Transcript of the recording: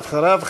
ואחריו,